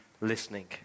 listening